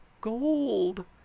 gold